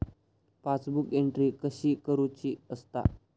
Passbook entry कशी करुची असता?